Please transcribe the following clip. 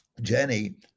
Jenny